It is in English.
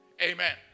Amen